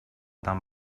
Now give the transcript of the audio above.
tan